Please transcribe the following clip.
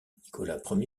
nicolas